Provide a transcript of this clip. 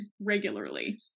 regularly